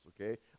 Okay